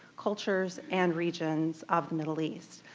cultures, and regions of the middle east.